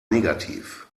negativ